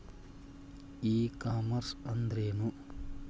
E commerce ಅಂದ್ರೇನು?